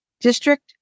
district